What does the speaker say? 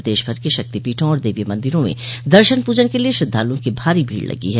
प्रदेशभर के शक्तिपीठों और देवी मंदिरों में दर्शन पूजन के लिए श्रद्वालुओं की भारी भीड़ लगी है